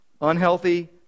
unhealthy